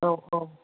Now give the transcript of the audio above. औ औ